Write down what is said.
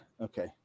Okay